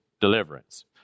deliverance